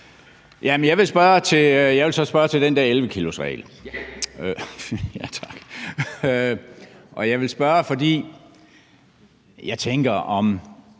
Jeg vil så spørge ind til den der 11-kilosregel. Og jeg spørger, fordi jeg tænker